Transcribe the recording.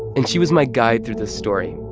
and she was my guide through this story